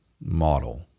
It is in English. model